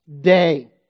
day